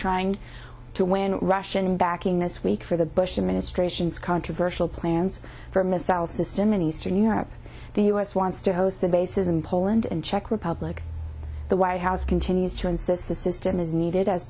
trying to win russian backing this week for the bush administration's controversial plans for a missile system in eastern europe the u s wants to host the bases in poland and czech republic the white house continues to insist the system is needed as